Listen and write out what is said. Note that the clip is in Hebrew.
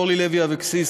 אורלי לוי אבקסיס,